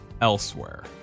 elsewhere